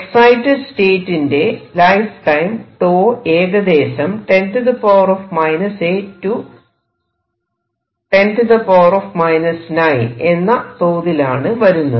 excited സ്റ്റേറ്റിന്റെ lifetime 𝞃 ഏകദേശം 10 8 10 9 എന്ന തോതിലാണ് വരുന്നത്